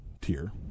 tier